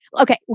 Okay